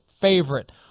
favorite